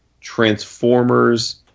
transformers